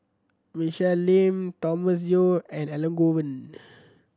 Michelle Lim Thomas Yeo and Elangovan